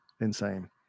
insane